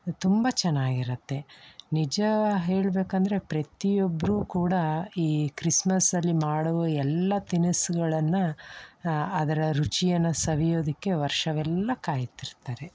ತುಂಬ ಚೆನ್ನಾಗಿರತ್ತೆ ನಿಜ ಹೇಳಬೇಕಂದ್ರೆ ಪ್ರತಿಯೊಬ್ಬರೂ ಕೂಡ ಈ ಕ್ರಿಸ್ಮಸ್ಸಲ್ಲಿ ಮಾಡುವ ಎಲ್ಲ ತಿನಿಸುಗಳನ್ನ ಅದರ ರುಚಿಯನ್ನು ಸವಿಯೋದಕ್ಕೆ ವರ್ಷವೆಲ್ಲ ಕಾಯ್ತಿರ್ತಾರೆ